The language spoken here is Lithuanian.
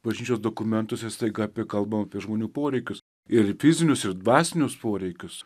bažnyčios dokumentuose staiga apie kalbama apie žmonių poreikius ir fizinius ir dvasinius poreikius